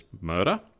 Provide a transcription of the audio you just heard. murder